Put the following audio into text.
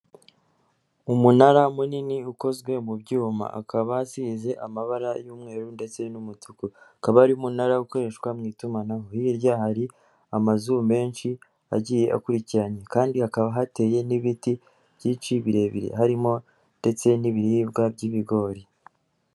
Umunara munini ukozwe mu byuma akaba asize amabara y'umweru ndetse n'umutuku. Akaba ari umunara ukoreshwa mu itumanaho, hirya hari amazu menshi agiye akurikiranye kandi hakaba hateye n'ibiti byinshi birebire harimo ndetse n'ibiribwa by'ibigori.